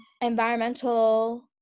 environmental